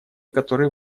который